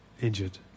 injured